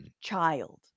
child